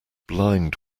blind